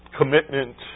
commitment